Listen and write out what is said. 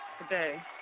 today